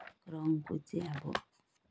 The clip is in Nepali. रङको चाहिँ अब